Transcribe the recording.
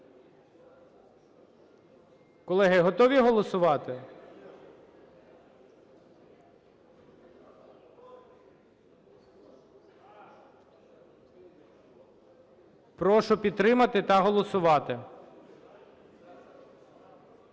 Колеги, готові голосувати? Прошу підтримати та голосувати.